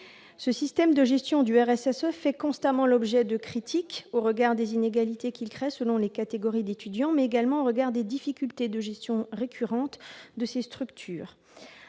Ce système de gestion du RSSE fait constamment l'objet de critiques au regard des inégalités qu'il crée selon les catégories d'étudiants, mais également des difficultés de gestion récurrentes de ses structures.